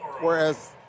whereas